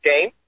game